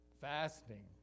fasting